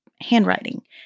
handwriting